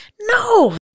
No